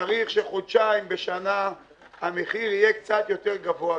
צריך שחודשיים בשנה המחיר יהיה קצת יותר גבוה.